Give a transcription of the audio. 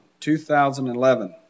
2011